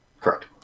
Correct